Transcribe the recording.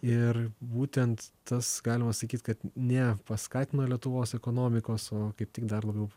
ir būtent tas galima sakyt kad ne paskatino lietuvos ekonomikos o kaip tik dar labiau